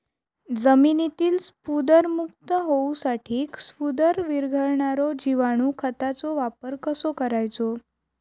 जमिनीतील स्फुदरमुक्त होऊसाठीक स्फुदर वीरघळनारो जिवाणू खताचो वापर कसो करायचो?